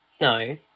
No